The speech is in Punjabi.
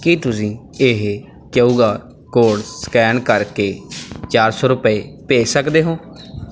ਕੀ ਤੁਸੀਂਂ ਇਹ ਕਿਊ ਆਰ ਕੋਡ ਸਕੈਨ ਕਰਕੇ ਚਾਰ ਸੌ ਰੁਪਏ ਭੇਜ ਸਕਦੇ ਹੋ